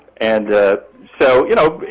and so, you know,